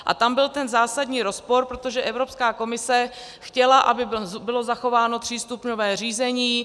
A tam byl ten zásadní rozpor, protože Evropská komise chtěla, aby bylo zachováno třístupňové řízení.